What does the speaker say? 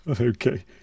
okay